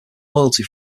loyalty